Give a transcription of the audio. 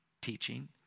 teaching